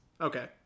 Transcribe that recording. Okay